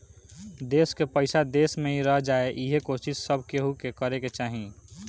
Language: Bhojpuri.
देस कअ पईसा देस में ही रह जाए इहे कोशिश सब केहू के करे के चाही